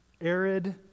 arid